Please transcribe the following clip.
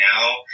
now